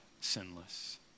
sinless